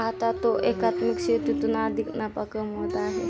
आता तो एकात्मिक शेतीतून अधिक नफा कमवत आहे